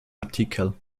artikel